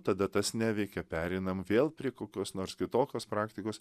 tada tas neveikia pereinam vėl prie kokios nors kitokios praktikos